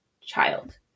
child